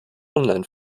online